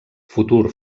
futur